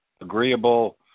agreeable